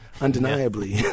undeniably